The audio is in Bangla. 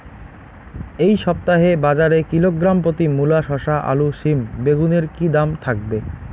এই সপ্তাহে বাজারে কিলোগ্রাম প্রতি মূলা শসা আলু সিম বেগুনের কী দাম থাকবে?